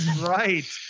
Right